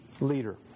leader